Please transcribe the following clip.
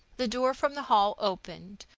the door from the hall opened,